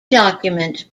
document